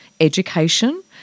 education